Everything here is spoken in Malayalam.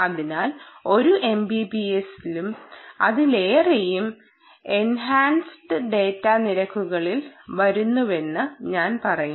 അതിനാൽ ഒരു MBPSലും അതിലേറെയും എൻ ഹാൻസ്ഡ് ഡാറ്റ നിരക്കുകളിൽ വരുന്നുവെന്ന് ഞാൻ പറയും